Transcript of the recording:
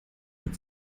man